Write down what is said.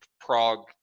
Prague